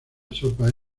sopa